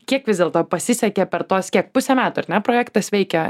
kiek vis dėlto pasisekė per tuos kiek pusę metų ar ne projektas veikia